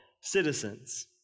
Citizens